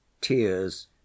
tears